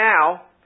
now